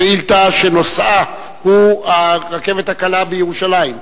שאילתא שנושאה הרכבת הקלה בירושלים: